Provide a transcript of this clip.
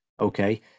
okay